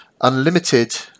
unlimited